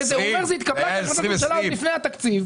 אתה אומר שזה התקבל כהחלטת ממשלה עוד לפני התקציב.